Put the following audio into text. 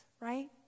right